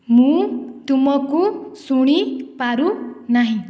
ମୁଁ ତୁମକୁ ଶୁଣି ପାରୁନାହିଁ